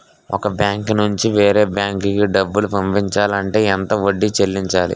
ఒక బ్యాంక్ నుంచి వేరే బ్యాంక్ కి డబ్బులు పంపించాలి అంటే ఎంత వడ్డీ చెల్లించాలి?